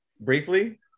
briefly